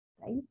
right